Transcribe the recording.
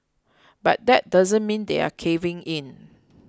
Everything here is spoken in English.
but that doesn't mean they're caving in